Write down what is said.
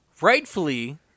rightfully